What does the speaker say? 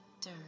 dirt